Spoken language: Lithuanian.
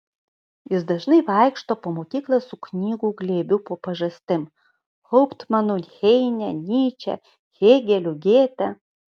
jis dažnai vaikšto po mokyklą su knygų glėbiu po pažastim hauptmanu heine nyče hėgeliu gėte